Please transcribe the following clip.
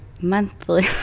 monthly